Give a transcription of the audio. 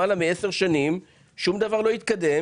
כבר למעלה מעשר שנים שום דבר לא מתקדם